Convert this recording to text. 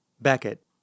Beckett